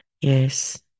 Yes